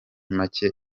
make